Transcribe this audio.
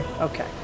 okay